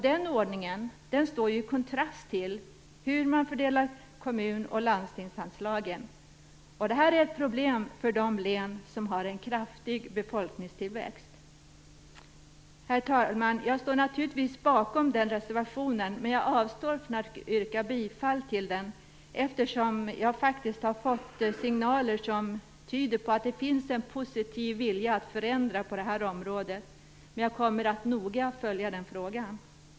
Den ordningen står i kontrast till hur man fördelar kommunoch landstingsanslagen. Detta är ett problem för de län som har en kraftig befolkningstillväxt. Herr talman! Jag står naturligtvis bakom den reservationen, men jag avstår från att yrka bifall till den, eftersom jag faktiskt har fått signaler som tyder på att det finns en positiv vilja att förändra på detta område. Men jag kommer att noga följa den frågan.